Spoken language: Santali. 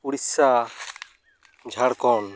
ᱩᱲᱤᱥᱥᱟ ᱡᱷᱟᱲᱠᱚᱱᱰ